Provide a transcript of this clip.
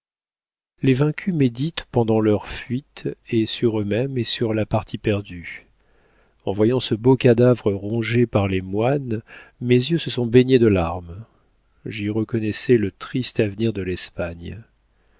les vaincus méditent pendant leur fuite et sur eux-mêmes et sur la partie perdue en voyant ce beau cadavre rongé par les moines mes yeux se sont baignés de larmes j'y reconnaissais le triste avenir de l'espagne